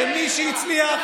שמי שהצליח,